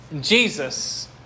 Jesus